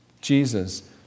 Jesus